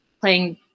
playing